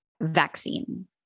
vaccine